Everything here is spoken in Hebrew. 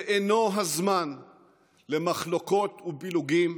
זה אינו הזמן למחלוקות ופילוגים.